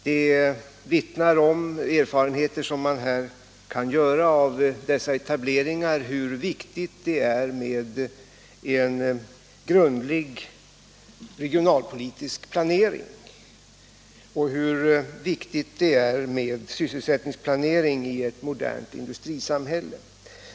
De erfarenheter man kan göra av dessa etableringar vittnar om hur viktigt det är med en grundlig regionalpolitisk planering och hur viktig sysselsättningsplanering är i ett modernt industrisamhälle.